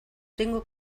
tengo